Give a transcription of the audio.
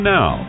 Now